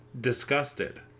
disgusted